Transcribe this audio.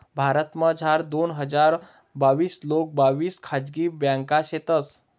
भारतमझार दोन हजार बाविस लोंग बाविस खाजगी ब्यांका शेतंस